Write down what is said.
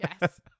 Yes